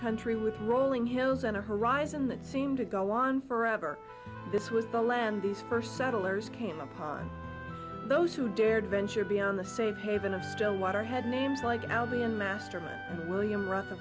country with rolling hills and a horizon that seemed to go on forever this was the land these first settlers came upon those who dared venture beyond the safe haven of stillwater had names like albion master william ruther